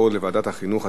התרבות והספורט נתקבלה.